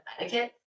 etiquette